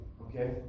okay